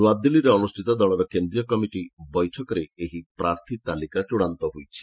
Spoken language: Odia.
ନୃଆଦିଲ୍ଲୀରେ ଅନୁଷ୍ଠିତ ଦଳର କେନ୍ଦ୍ରୀୟ ନିର୍ବାଚନ କମିଟି ବୈଠକରେ ଏହି ପ୍ରାର୍ଥୀ ତାଲିକା ଚଡ଼ାନ୍ତ ହୋଇଛି